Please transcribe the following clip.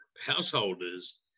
householders